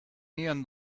neon